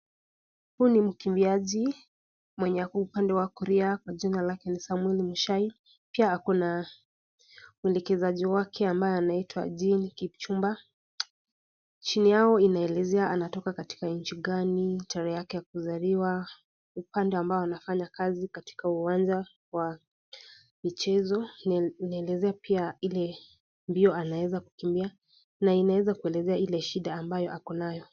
Huu ni mkimbiaji mwenye ako upande wa kulia kwa jina lake ni Samwel Muchai pia ako na mwelekezaji wake ambaye anaitwa Jean Kipchumba . Chini yao inaelezea anatoka katika nchi gani, tarehe yake ya kuzaliwa , upande ambao anafanya kazi katika uwanja wa michezo , inaelezea pia ile mbio anaweza kukimbia na inaweza kuelezea ile shinda ambayo ako nayo.